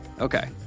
Okay